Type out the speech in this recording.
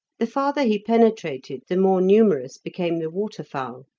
the farther he penetrated the more numerous became the waterfowl.